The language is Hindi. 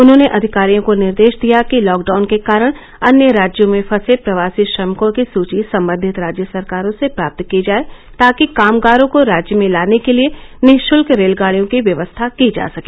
उन्होंने अधिकारियों को निर्देश दिया कि लॉकडाउन के कारण अन्य राज्यों में फंसे प्रवासी श्रमिकों की सूची संबंधित राज्य सरकारों से प्राप्त की जाए ताकि कामगारों को राज्य में लाने के लिए निश्ल्क रेलगाड़ियों की व्यवस्था की जा सके